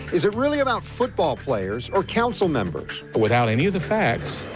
is it really about football players or council members? but without any of the facts,